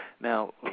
Now